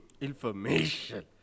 Information